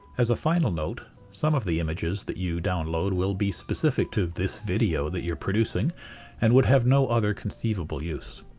as a final note, some of the images that you download will be specific to this video that you're producing and would have no other conceivable use.